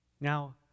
Now